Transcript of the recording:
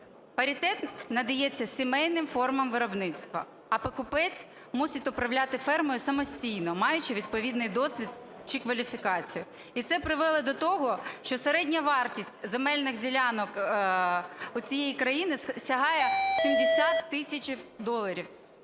Паритет надається сімейним формам виробництва, а покупець мусить управляти фермою самостійно, маючи відповідний досвід чи кваліфікацію. І це привело до того, що середня вартість земельних ділянок у цієї країни сягає 70 тисяч доларів.